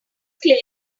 claim